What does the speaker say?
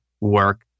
work